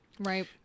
Right